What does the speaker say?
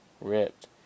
ripped